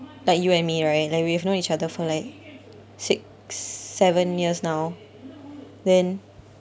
like you and me right like we've known each other for like six seven years now then